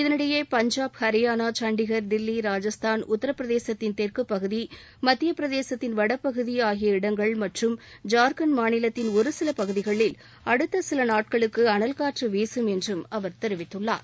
இதனிடையே பஞ்சாப் ஹரியானா சண்டிகர் தில்லி ராஜஸ்தான் உத்தரப்பிரதேசத்தின் தெற்குபகுதி மத்தியட்பிரதேசத்தின் வடபகுதி ஆகிய இடங்கள் மற்றும் ஜார்கண்ட் மாநிலத்தின் ஒருசில பகுதிகளில் அடுத்த சில நாட்களுக்கு அனல் காற்று வீசும் என்றும் அவர் தெரிவித்துள்ளார்